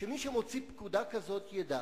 שמי שמוציא פקודה כזאת ידע